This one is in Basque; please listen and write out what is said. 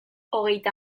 hogeita